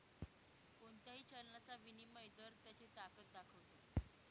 कोणत्याही चलनाचा विनिमय दर त्याची ताकद दाखवतो